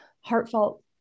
heartfelt